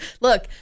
Look